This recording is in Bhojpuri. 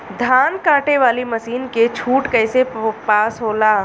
धान कांटेवाली मासिन के छूट कईसे पास होला?